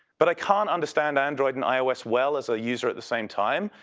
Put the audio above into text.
but i can't understand android and ios well as a user at the same time.